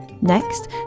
Next